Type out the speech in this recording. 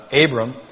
Abram